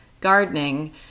gardening